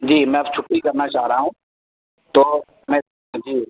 جی میں اب چھٹی کرنا چاہ رہا ہوں تو میں جی